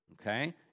okay